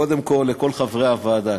קודם כול לכל חברי הוועדה,